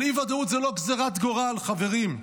אבל אי-ודאות זו לא גזרת גורל, חברים.